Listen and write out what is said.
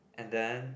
and then